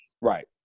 Right